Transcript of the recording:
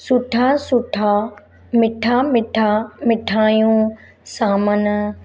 सुठा सुठा मिठा मिठा मिठाइयूं सामान